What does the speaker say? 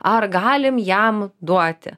ar galim jam duoti